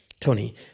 tony